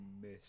miss